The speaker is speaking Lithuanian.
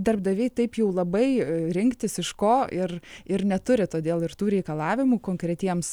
darbdaviai taip jau labai rinktis iš ko ir ir neturi todėl ir tų reikalavimų konkretiems